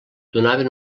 donaven